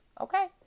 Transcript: okay